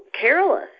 careless